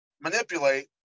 manipulate